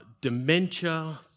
dementia